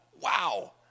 Wow